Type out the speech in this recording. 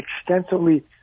extensively